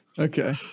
Okay